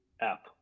app